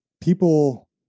people